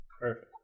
Perfect